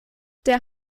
der